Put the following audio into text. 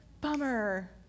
bummer